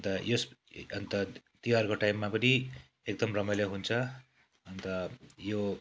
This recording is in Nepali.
अन्त यस अन्त तिहारको टाइममा पनि एकदम रमाइलो हुन्छ अन्त यो